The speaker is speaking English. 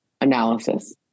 analysis